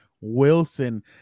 Wilson